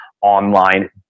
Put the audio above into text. online